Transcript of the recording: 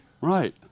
right